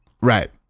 Right